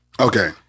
Okay